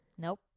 Nope